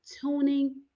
tuning